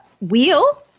wheel